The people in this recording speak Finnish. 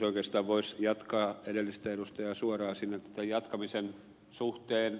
oikeastaan voisi jatkaa edellisestä edustajasta suoraan tämän jatkamisen suhteen